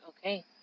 okay